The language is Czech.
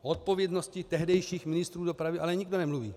O odpovědnosti tehdejších ministrů dopravy ale nikdo nemluví.